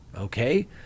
okay